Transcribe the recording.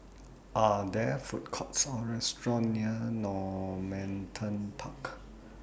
Are There Food Courts Or restaurants near Normanton Park